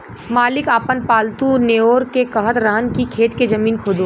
मालिक आपन पालतु नेओर के कहत रहन की खेत के जमीन खोदो